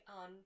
on